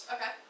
Okay